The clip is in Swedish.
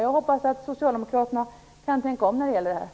Jag hoppas att Socialdemokraterna kan tänka om i det här sammanhanget.